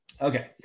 Okay